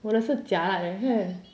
我的是 jialat leh